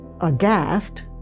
aghast